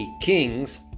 Kings